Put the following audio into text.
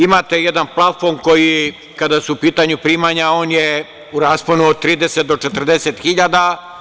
Imate jedan plafon kada su u pitanju primanja koji je u rasponu od 30 do 40 hiljada.